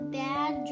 bad